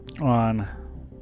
on